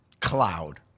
cloud